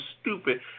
stupid